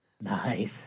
Nice